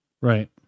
right